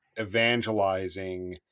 evangelizing